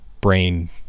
brain